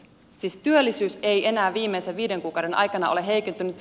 siis työllisyys ei enää viimeisen viiden kuukauden aikana ole heikentynyt